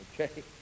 Okay